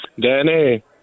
Danny